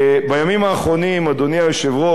בימים האחרונים, אדוני היושב-ראש,